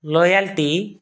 loyalty